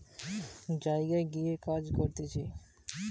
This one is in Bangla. মাইগ্রান্টওয়ার্কার মানে হতিছে পরিযায়ী শ্রমিক যারা অন্য জায়গায় গিয়ে কাজ করতিছে